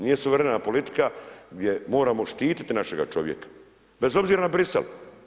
Nije suverena politika gdje moramo štititi našega čovjeka bez obzira na Bruxelles.